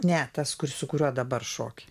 ne tas kuris su kuriuo dabar šoki